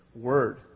word